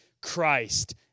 Christ